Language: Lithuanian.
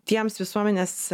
tiems visuomenės